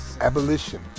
Abolition